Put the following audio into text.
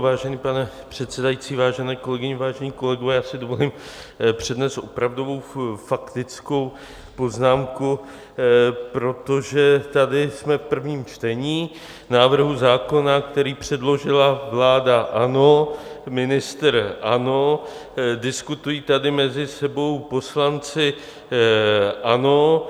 Vážený pane předsedající, vážené kolegyně, vážení kolegové, já si dovolím přednést opravdovou faktickou poznámku, protože tady jsme v prvním čtení návrhu zákona, který předložila vláda ANO, ministr ANO, diskutují tady mezi sebou poslanci ANO.